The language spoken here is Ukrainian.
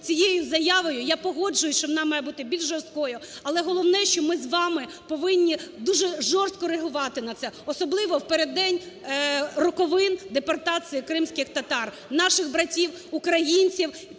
цією заявою. Я погоджуюся, що вона має бути більш жорсткою. Але головне, що ми з вами повинні дуже жорстко реагувати на це, особливо в переддень роковин депортації кримських татар, наших братів українців.